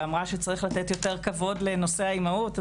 ואמרה שצריך לתת יותר כבוד לנושא האימהוּת,